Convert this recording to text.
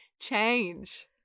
change